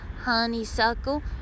Honeysuckle